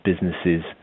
businesses